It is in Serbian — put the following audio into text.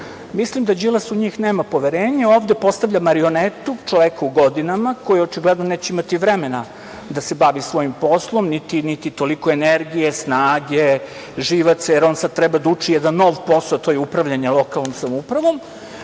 Mislim da Đilas u njih nema poverenje. Ovde postavlja marionetu, čoveka u godinama, koji očigledno neće imati vremena da se bavi svojim poslom, niti toliko energije, snage, živaca, jer on sada treba da uči jedan nov posao, a to je upravljanje lokalnom samoupravom